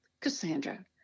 Cassandra